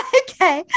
okay